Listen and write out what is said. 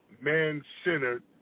man-centered